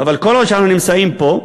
אבל כל עוד אנחנו נמצאים פה,